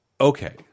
Okay